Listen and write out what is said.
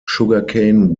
sugarcane